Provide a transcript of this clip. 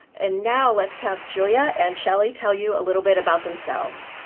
and now, let's have julia and shelley tell you a little bit about themselves.